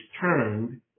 turned